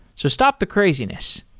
so stop the craziness,